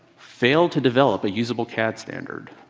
failed to develop a usable cad standard.